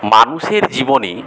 মানুষের জীবনে